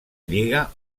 lliga